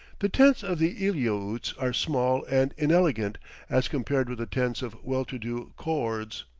the tents of the eliautes are small and inelegant as compared with the tents of well-to-do koords,